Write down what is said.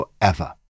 forever